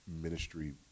ministry